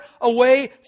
away